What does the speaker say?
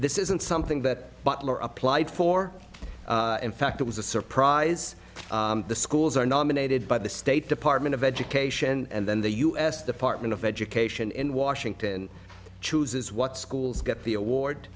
this isn't something that butler applied for in fact it was a surprise the schools are nominated by the state department of education and then the u s department of education in washington chooses what schools get the award